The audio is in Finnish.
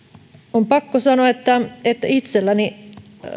on pakko sanoa että itselläni